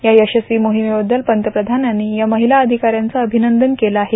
या यशस्वी मोहिमेबद्दल पंतप्रधानांनी या महिला अधिकाऱ्यांचं अभिनंदन केलं आहे